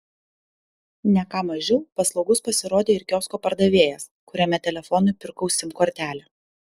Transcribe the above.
ne ką mažiau paslaugus pasirodė ir kiosko pardavėjas kuriame telefonui pirkau sim kortelę